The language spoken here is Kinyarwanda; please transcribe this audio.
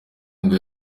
ngo